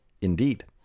Indeed